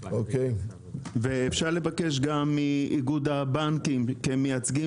ואפשר לבקש גם מאיגוד הבנקים כמייצגי